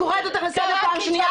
אני קוראת אותך לסדר פעם שנייה,